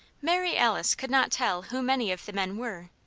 mary alice could not tell who many of the men were,